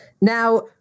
Now